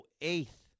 eighth